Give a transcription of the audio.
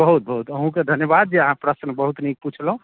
बहुत बहुत अहुँके धन्यवाद जे अहाँ प्रश्न बहुत नीक पूछलहुँ